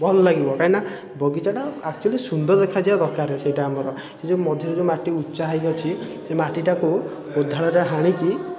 ଭଲ ଲାଗିବ କାହିଁନା ବଗିଚାଟା ଆକ୍ଚୁଲି ସୁନ୍ଦର ଦେଖାଯିବା ଦରକାର ସେଇଟା ଆମର ସେଇ ମଝିରେ ଯେଉଁ ମାଟି ଉଚା ହେଇକି ଅଛି ସେ ମାଟିଟାକୁ କୋଦାଳରେ ହାଣିକି